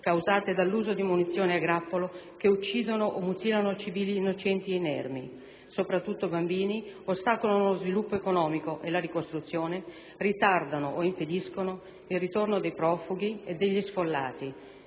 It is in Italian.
causate dall'uso di munizioni a grappolo, che uccidono o mutilano civili innocenti e inermi, soprattutto bambini, ostacolano lo sviluppo economico e la ricostruzione, ritardano o impediscono il ritorno dei profughi e degli sfollati